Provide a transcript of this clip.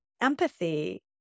empathy